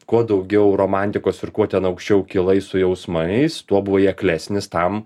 kuo daugiau romantikos ir kuo ten aukščiau kilai su jausmais tuo buvai aklesnis tam